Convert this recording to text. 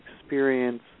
experience